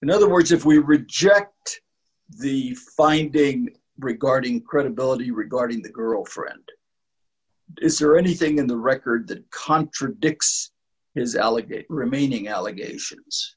in other words if we reject the finding regarding credibility regarding the girlfriend is there anything in the record that contradicts his elevate remaining allegations